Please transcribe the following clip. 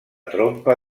trompa